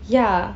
ya